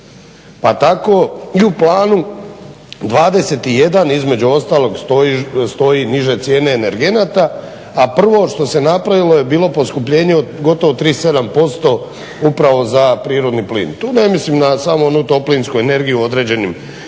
Pa tako i u Planu 21 između ostalog stoji niže cijene energenata, a prvo što se napravilo je bilo poskupljenje od gotovo 37% upravo za prirodni plin. Tu ne mislim na samo onu toplinsku energiju određenim građanima,